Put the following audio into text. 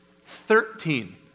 Thirteen